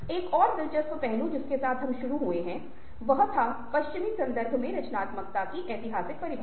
एक और दिलचस्प पहलू जिसके साथ हम शुरू हुए थे वह था पश्चिमी संदर्भ में रचनात्मकता की ऐतिहासिक परिभाषा